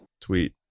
tweet